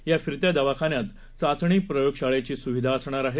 याफिरत्यादवाखान्यातचाचणीप्रयोगशाळेचीसुविधाअसणारआहे